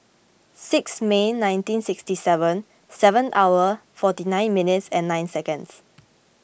six May nineteen sixty seven seven hour forty nine minutes nine seconds